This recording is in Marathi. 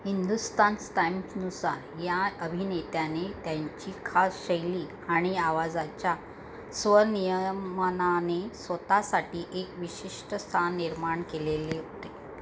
हिंदुस्तान स्टॅम्प्सनुसार या अभिनेत्याने त्यांची खास शैली आणि आवाजाच्या स्वनियमनाने स्वत साठी एक विशिष्ट स्थान निर्माण केलेले होते